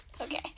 Okay